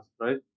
right